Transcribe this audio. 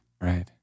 Right